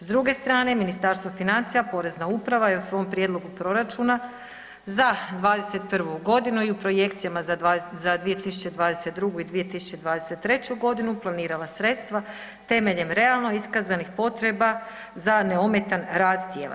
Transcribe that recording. S druge strane Ministarstvo financija, Porezna uprava je u svom prijedlogu proračuna za 21. godinu i u projekcijama za 2022., i 2023. godinu planirala sredstva temeljem realno iskazanih potreba za neometan rad